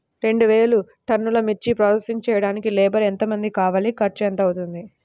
రెండు వేలు టన్నుల మిర్చి ప్రోసెసింగ్ చేయడానికి లేబర్ ఎంతమంది కావాలి, ఖర్చు ఎంత అవుతుంది?